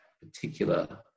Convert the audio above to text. particular